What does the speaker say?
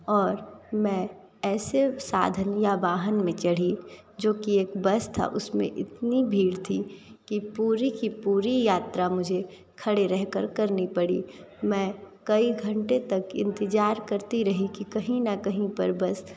और मैं ऐसे साधन या वाहन में चढ़ी जो की एक बस था उसमें इतनी भीड़ थी कि पूरी की पूरी यात्रा मुझे खड़े रहकर करनी पड़ी मैं कई घंटे तक इंतजार करती रही कि कहीं न कहीं पर बस